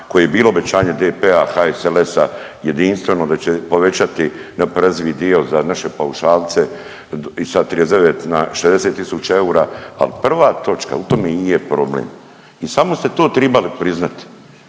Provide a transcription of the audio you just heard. koji je bilo obećanje DP-a, HSLS-a jedinstveno da će povećati .../Govornik se ne razumije./... dio za naše paušalce i sa 39 na 60 tisuća eura, ali prva točka, u tome i je problem i samo ste to tribali priznati,